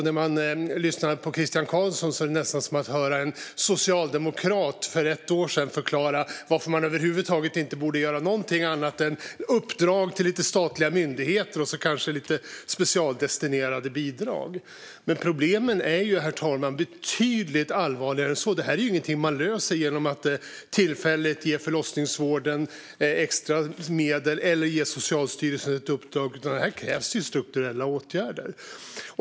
När man lyssnade på Christian Carlsson var det nästan som att höra en socialdemokrat för ett år sedan förklara varför man över huvud taget inte borde göra något annat än att ge lite uppdrag till statliga myndigheter och så kanske lite specialdestinerade bidrag. Men problemen, herr talman, är betydligt allvarligare än så. Detta är inget man löser genom att tillfälligt ge förlossningsvården extra medel eller ge Socialstyrelsen ett uppdrag, utan här krävs strukturella åtgärder.